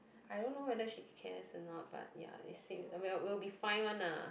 I don't know whether she cares or not but ya we'll we'll be fine one lah